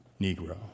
Negro